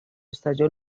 estalló